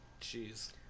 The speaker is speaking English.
Jeez